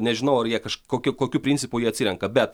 nežinau ar jie kažkokiu kokiu principu jie atsirenka bet